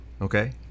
Okay